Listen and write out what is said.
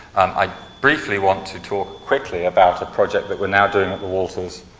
i briefly want to talk quickly about a project that we're now doing at the walters,